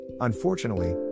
Unfortunately